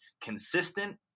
Consistent